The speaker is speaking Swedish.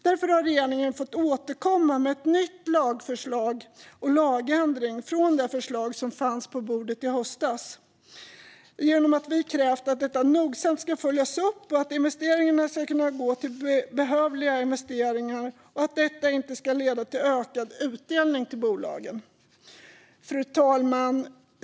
Därför har regeringen fått återkomma med ett nytt lagförslag och en lagändring, efter det förslag som kom i höstas, genom att vi har krävt att detta nogsamt ska följas upp och att investeringarna ska kunna göras där de behövs och att detta inte ska leda till ökad utdelning från bolagen. Fru talman!